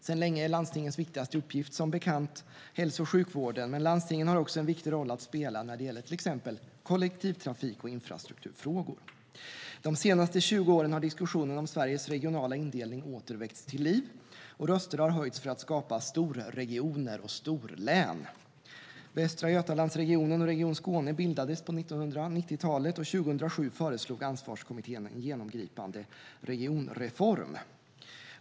Sedan länge är landstingens viktigaste uppgift som bekant hälso och sjukvården, men landstingen har också en viktig roll att spela när det gäller till exempel kollektivtrafik och infrastrukturfrågor. De senaste 20 åren har diskussionen om Sveriges regionala indelning åter väckts till liv, och röster har höjts för att skapa storregioner och storlän. Västra Götalandsregionen och Region Skåne bildades på 1990-talet, och 2007 föreslog Ansvarskommittén en genomgripande regionreform.